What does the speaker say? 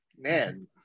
Man